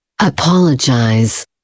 Apologize